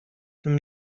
tym